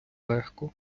легко